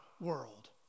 world